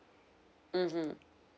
mmhmm